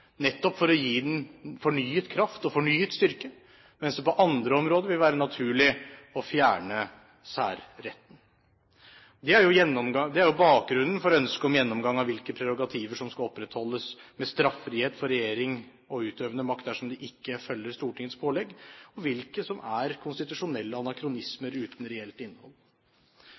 gi dem fornyet kraft og fornyet styrke, mens det på andre områder vil være naturlig å fjerne særretten. Det er jo bakgrunnen for ønsket om gjennomgang av hvilke prerogativer som skal opprettholdes med straffrihet for regjering og utøvende makt dersom de ikke følger Stortingets pålegg, og hvilke som er konstitusjonelle anakronismer uten reelt innhold.